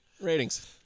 Ratings